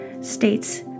states